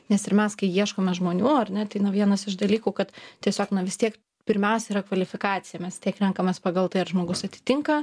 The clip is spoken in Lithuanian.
nes ir mes kai ieškome žmonių ar ne tai na vienas iš dalykų kad tiesiog na vis tiek pirmiausia yra kvalifikacija mes tiek renkamės pagal tai ar žmogus atitinka